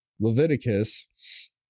Leviticus